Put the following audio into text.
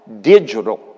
digital